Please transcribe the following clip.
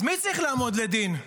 אז מי צריך לעמוד לדין?